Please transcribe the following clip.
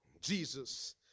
Jesus